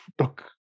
Look